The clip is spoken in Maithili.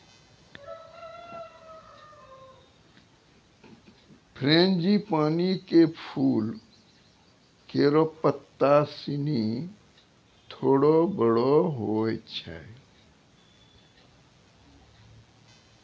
फ़्रेंजीपानी क फूल केरो पत्ता सिनी थोरो बड़ो होय छै